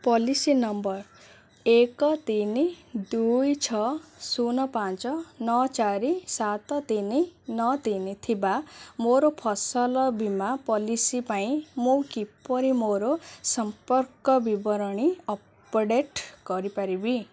policy number ଏକ ତିନି ଦୁଇ ଛଅ ଶୂନ ପାଞ୍ଚ ନଅ ଚାରି ସାତ ତିନି ନଅ ତିନି ଥିବା ମୋର ଫସଲ ବୀମା ପଲିସି ପାଇଁ ମୁଁ କିପରି ମୋର ସମ୍ପର୍କ ବିବରଣୀ ଅପଡ଼େଟ୍ କରିପାରିବି